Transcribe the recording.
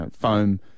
foam